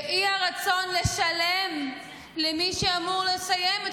והאי-רצון לשלם למי שאמור לסיים את